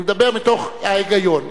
אני מדבר מתוך ההיגיון.